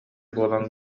буолан